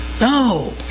No